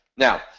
Now